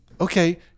okay